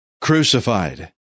crucified